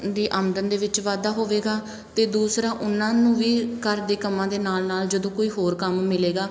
ਦੀ ਆਮਦਨ ਦੇ ਵਿੱਚ ਵਾਧਾ ਹੋਵੇਗਾ ਅਤੇ ਦੂਸਰਾ ਉਨ੍ਹਾਂ ਨੂੰ ਵੀ ਘਰ ਦੇ ਕੰਮਾਂ ਦੇ ਨਾਲ ਨਾਲ ਜਦੋਂ ਕੋਈ ਹੋਰ ਕੰਮ ਮਿਲੇਗਾ